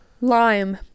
Lime